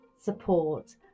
support